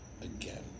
again